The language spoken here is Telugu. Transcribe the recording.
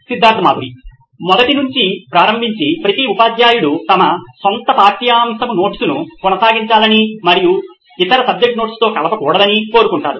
సిద్ధార్థ్ మాతురి సీఈఓ నోయిన్ ఎలక్ట్రానిక్స్ మొదటి నుండి ప్రారంభించి ప్రతి ఉపాధ్యాయుడు తమ సొంత పాఠ్యాంశము నోట్స్ ను కొనసాగించాలని మరియు ఇతర సబ్జెక్ట్ నోట్స్తో కలపకూడదని కోరుకుంటారు